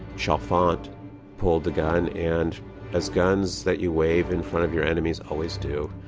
chalfant pulled the gun, and as guns that you wave in front of your enemies always do,